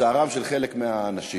לצערם של חלק מהאנשים,